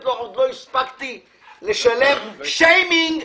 לו "עוד לא הספקתי לשלם" היא חשה שיימינג,